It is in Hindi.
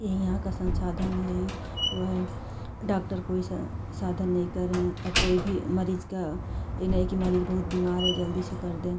यह यहाँ का संसाधन है यही वह है डाक्टर को साधन नहीं कर रहे हैं ना कोई भी मरीज़ का यह नहीं की मरीज़ बहुत बीमार है जल्दी से कर दें